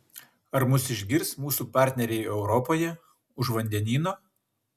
ar mus išgirs mūsų partneriai europoje už vandenyno